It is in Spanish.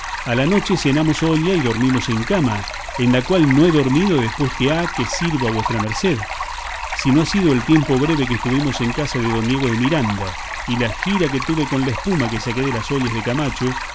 a la noche cenamos olla y dormimos en cama en la cual no he dormido después que ha que sirvo a vuestra merced si no ha sido el tiempo breve que estuvimos en casa de don diego de miranda y la jira que tuve con la espuma que saqué de las ollas de camacho